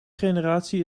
generatie